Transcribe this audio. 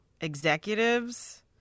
executives